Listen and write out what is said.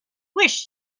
wish